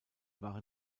waren